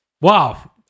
Wow